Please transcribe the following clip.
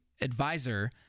advisor